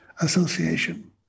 Association